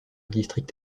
district